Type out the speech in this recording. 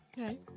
Okay